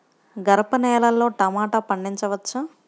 గరపనేలలో టమాటా పండించవచ్చా?